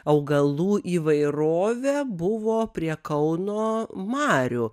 augalų įvairove buvo prie kauno marių